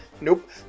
Nope